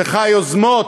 צריכה יוזמות,